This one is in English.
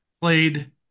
played